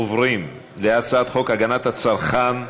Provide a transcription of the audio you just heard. אנחנו עוברים להצעת חוק הגנת הצרכן (תיקון,